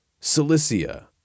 Cilicia